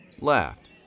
laughed